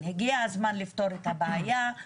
באתי לפה דיון ראשון